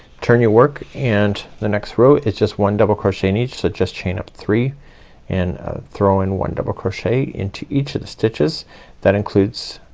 turn your work and the next row is just one double crochet in each. so just chain up three and throw in one double crochet into each of the stitches that includes